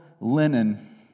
linen